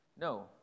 No